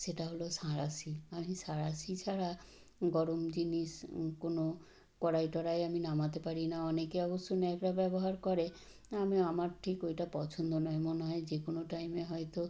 সেটা হলো সাঁড়াশি আমি সাঁড়াশি ছাড়া গরম জিনিস কোনো কড়াই টড়াই আমি নামাতে পারি না অনেকে অবশ্য ন্যাকড়া ব্যবহার করে আমি আমার ঠিক ওইটা পছন্দ নয় মনে হয় যে কোনো টাইমে হয়তো